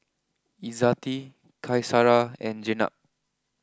Izzati Qaisara and Jenab